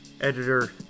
editor